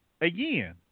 again